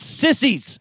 sissies